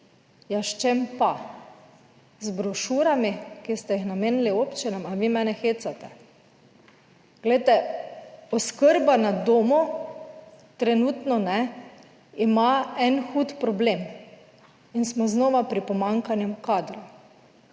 Ja, s čim pa? Z brošurami, ki ste jih namenili občinam? Ali vi mene hecate? Glejte, oskrba na domu trenutno ima en hud problem in smo znova pri pomanjkanju kadrov.